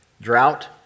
Drought